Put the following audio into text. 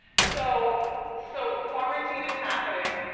so so quarantine is happening,